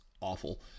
awful